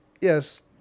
yes